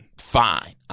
Fine